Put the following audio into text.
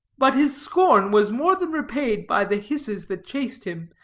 but his scorn was more than repaid by the hisses that chased him,